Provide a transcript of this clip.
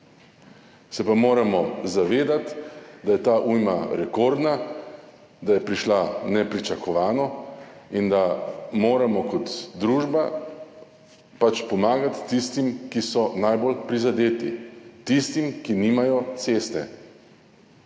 Se pa moramo zavedati, da je ta ujma rekordna, da je prišla nepričakovano in da moramo kot družba pač pomagati tistim, ki so najbolj prizadeti, tistim, ki nimajo ceste.